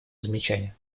замечание